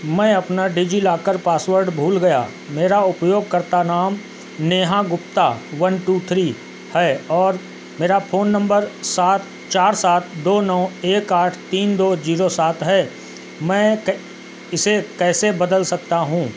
मैं अपना डिजिलॉकर पासवर्ड भूल गया मेरा उपयोगकर्ता नाम Neha Gupta one two three है और मेरा फ़ोन नंबर सात चार सात दो नौ एक आठ तीन दो जीरो सात है मैं इसे कैसे बदल सकता हूँ